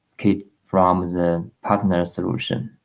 kid from the partner solution